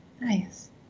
Nice